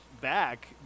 back